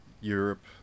Europe